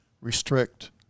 restrict